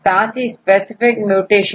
साथ ही specific mutation